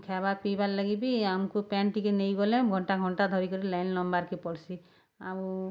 ଖାଇବାର୍ ପିଇବାର୍ ଲାଗି ବି ଆମ୍କୁ ପାଏନ୍ ଟିକେ ନେଇଗଲେ ଘଣ୍ଟା ଘଣ୍ଟା ଧରିକରି ଲାଇନ୍ ନମ୍ବାର୍କେ ପଡ଼୍ସି ଆଉ